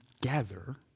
gather